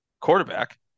quarterback